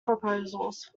proposals